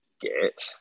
get